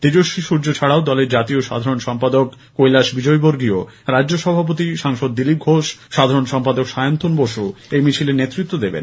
তেজস্বী সূর্য ছাড়াও দলের জাতীয় সাধারণ সম্পাদক কৈলাস বিজয়বর্গীয় রাজ্য সভাপতি দিলীপ ঘোষ সাধারণ সম্পাদক সায়ন্তন বসু এই মিছিলে নেতৃত্ব নেবেন